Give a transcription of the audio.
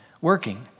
working